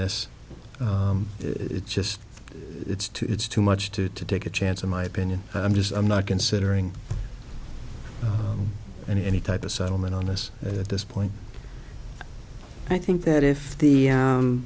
this it's just it's too it's too much too to take a chance in my opinion i'm just i'm not considering any type of settlement on this at this point i think that if the